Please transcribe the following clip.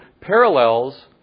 parallels